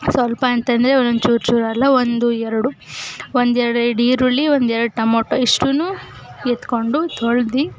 ಸ್ವಲ್ಪ ಅಂತ ಅಂದ್ರೆ ಒಂದೊಂದು ಚೂರು ಚೂರು ಅಲ್ಲ ಒಂದು ಎರಡು ಒಂದೆರಡು ಇಡೀ ಈರುಳ್ಳಿ ಒಂದೆರಡು ಟೊಮೊಟೊ ಇಷ್ಟನ್ನೂ ಎತ್ಕೊಂಡು ತೊಳ್ದು